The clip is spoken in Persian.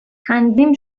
تنظیم